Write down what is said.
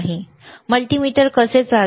multimeter कसे चालते